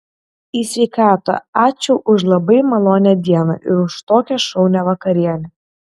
į sveikatą ačiū už labai malonią dieną ir už tokią šaunią vakarienę